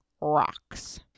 rocks